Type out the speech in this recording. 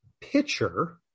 Pitcher